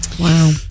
Wow